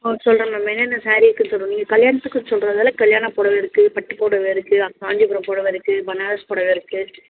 ஓ சொல்கிறேன் மேம் என்னென்ன ஸேரீ இருக்குது சொல்கிறேன் நீங்கள் கல்யாணத்துக்கு சொல்கிறதால கல்யாண புடவ இருக்குது பட்டு புடவ இருக்குது காஞ்சிபுரம் புடவ இருக்குது பனாரஸ் புடவ இருக்குது